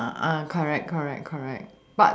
uh uh correct correct correct